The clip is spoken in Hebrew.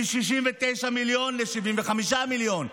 מ-69 מיליון ל-75 מיליון,